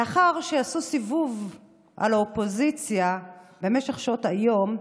לאחר שעשו סיבוב על האופוזיציה במשך שעות היום,